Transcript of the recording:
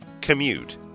commute